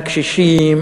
הקשישים,